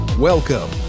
Welcome